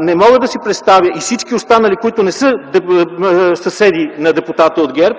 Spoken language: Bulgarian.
не мога да си представя за всички останали, които не са съседи на депутата от ГЕРБ,